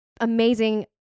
amazing